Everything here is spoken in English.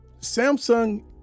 Samsung